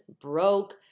broke